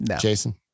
jason